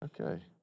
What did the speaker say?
Okay